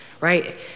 right